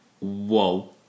Whoa